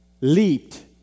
leaped